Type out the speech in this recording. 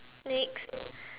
next